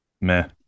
Meh